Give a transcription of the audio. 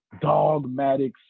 dogmatic